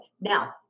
Now